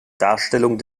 darstellung